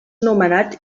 nomenat